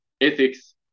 ethics